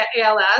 ALS